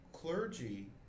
Clergy